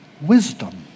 wisdom